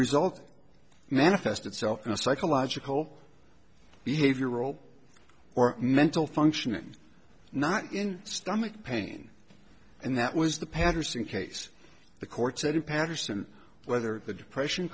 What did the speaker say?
result manifest itself in a psychological behavioral or mental functioning not in stomach pain and that was the patterson case the court said in patterson whether the depression